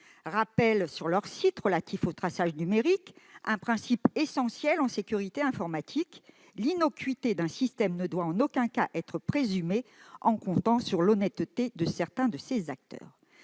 rappelle sur leur site relatif au traçage numérique un principe essentiel en sécurité informatique : l'innocuité d'un système ne doit en aucun cas être présumée en comptant sur l'honnêteté de certains de ses acteurs.